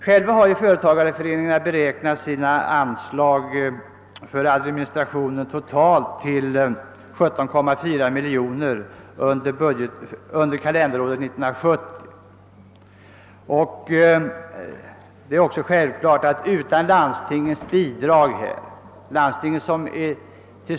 Företagareföreningarna har «själva beräknat sina kostnader för administrationen till totalt 17,4 miljoner kronor under kalenderåret 1970 och det är självfallet att utan landstingets bidrag skulle man inte ha klarat sig.